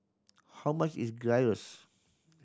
how much is Gyros